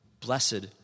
Blessed